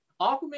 Aquaman